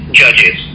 judges